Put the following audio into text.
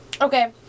Okay